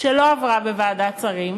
שלא עברה בוועדת השרים,